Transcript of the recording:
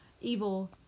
evil